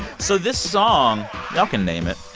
so this song y'all can name it